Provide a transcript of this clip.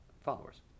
followers